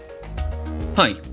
Hi